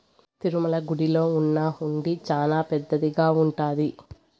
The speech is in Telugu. తిరుమల గుడిలో ఉన్న హుండీ చానా పెద్దదిగా ఉంటాది